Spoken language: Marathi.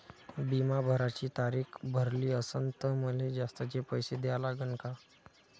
बिमा भराची तारीख भरली असनं त मले जास्तचे पैसे द्या लागन का?